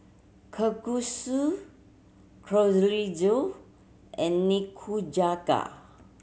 Kalguksu and Nikujaga